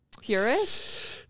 purist